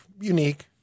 unique